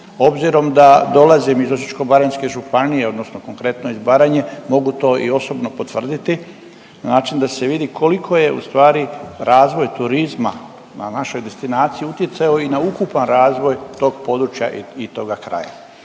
Obzirom da dolazim iz Osječko-baranjske županije odnosno konkretno iz Baranje mogu to i osobno potvrditi na način da se vidi koliko je ustvari razvoj turizma na našoj destinaciji utjecao i na ukupan razvoj tog područja i toga kraja.